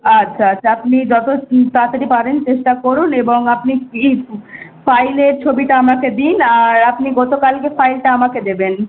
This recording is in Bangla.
আচ্ছা আচ্ছা আপনি যত তাড়াতাড়ি পারেন চেষ্টা করুন এবং আপনি কী ফাইলের ছবিটা আমাকে দিন আর আপনি গতকালকের ফাইলটা আমাকে দেবেন